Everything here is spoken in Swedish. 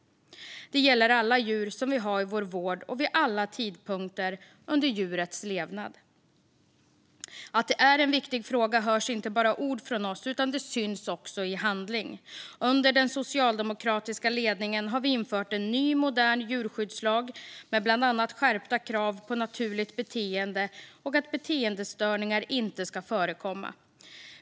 Det gäller alla djur som vi har i vår vård och vid alla tidpunkter under djurets levnad. Att detta är en viktig fråga hörs inte bara i ord från oss, utan det syns också i handling. Under den socialdemokratiska ledningen har vi infört en ny modern djurskyddslag med bland annat skärpta krav på att djur ska få utöva ett naturligt beteende och att beteendestörningar inte ska förekomma.